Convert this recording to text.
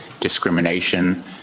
discrimination